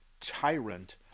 tyrant